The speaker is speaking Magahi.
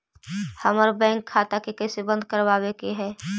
हमर बैंक खाता के कैसे बंद करबाबे के है?